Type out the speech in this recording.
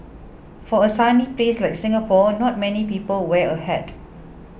for a sunny place like Singapore not many people wear a hat